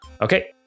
Okay